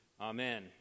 Amen